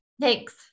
thanks